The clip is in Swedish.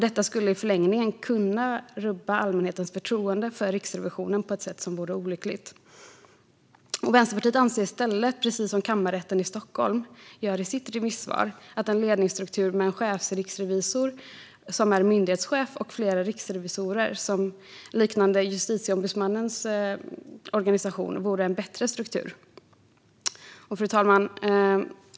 Detta skulle i förlängningen kunna rubba allmänhetens förtroende för Riksrevisionen på ett sätt som vore olyckligt. Vänsterpartiet anser i stället, precis som Kammarrätten i Stockholm gör i sitt remissvar, att en ledningsstruktur med en chefsriksrevisor som är myndighetschef och flera riksrevisorer, liknande Justitieombudsmannens organisation, vore en bättre struktur. Fru talman!